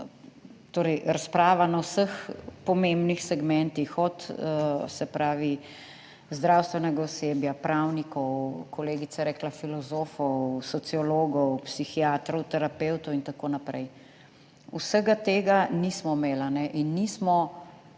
torej, razprava na vseh pomembnih segmentih, od se pravi, zdravstvenega osebja, pravnikov, kolegica je rekla, filozofov, sociologov, psihiatrov, terapevtov in tako naprej. Vsega tega nismo imeli in nismo